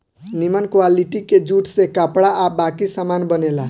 निमन क्वालिटी के जूट से कपड़ा आ बाकी सामान बनेला